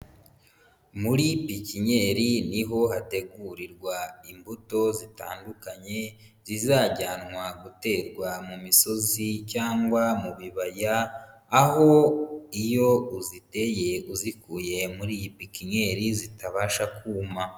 Muri pikinyeri ni ho hategurirwa imbuto zitandukanye zizajyanwa guterwa mu misozi cyangwa mu bibaya, aho iyo uziteye uzikuye mur'iyi pikinyeri zitabasha kuma.